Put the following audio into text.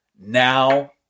now